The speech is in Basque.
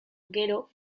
gero